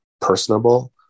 personable